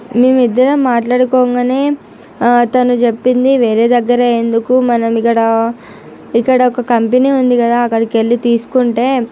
మేమిద్దరం మాట్లాడుకోగానే తను చెప్పింది వేరే దగ్గర ఎందుకు మనమిక్కడ ఇక్కడొక కంపెనీ ఉంది కదా అక్కడికి వెళ్ళి తీసుకుంటే